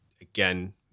again